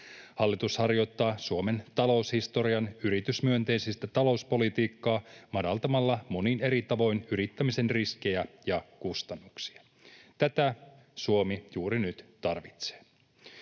Hallitus harjoittaa Suomen taloushistorian yritysmyönteisintä talouspolitiikkaa madaltamalla monin eri tavoin yrittämisen riskejä ja kustannuksia. Tätä Suomi juuri nyt tarvitsee.